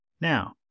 Now